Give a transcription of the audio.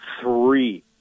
three